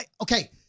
Okay